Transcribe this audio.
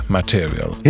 material